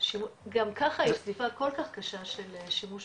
גם ככה יש סביבה כל כך קשה של שימוש